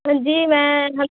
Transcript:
جی میں